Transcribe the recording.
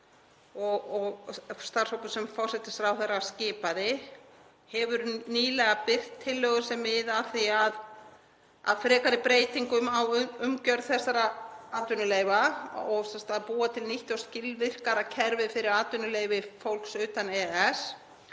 starfshópur sem forsætisráðherra skipaði, hefur nýlega birt tillögur sem miða að frekari breytingum á umgjörð þessara atvinnuleyfa og því að búa til nýtt og skilvirkara kerfi fyrir atvinnuleyfi fólks utan EES.